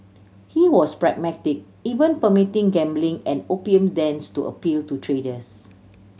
he was pragmatic even permitting gambling and opium dens to appeal to traders